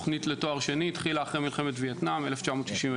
זאת הייתה תכנית לתואר שני שהחלה אחרי מלחמת וייטנאם ב-1967.